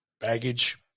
baggage